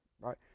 right